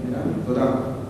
תודה.